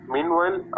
Meanwhile